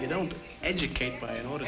you don't educate but you know